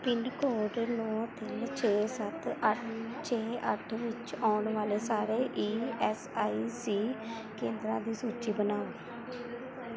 pin code ਨੌਂ ਤਿੰਨ ਛੇ ਸੱਤ ਛੇ ਅੱਠ ਵਿੱਚ ਆਉਣ ਵਾਲੇ ਸਾਰੇ ਈ ਐਸ ਆਈ ਸੀ ਕੇਂਦਰਾਂ ਦੀ ਸੂਚੀ ਬਣਾਓ